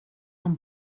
han